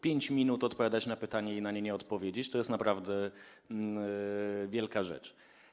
5 minut odpowiadać na pytanie i na nie nie odpowiedzieć, to jest naprawdę wielka rzecz.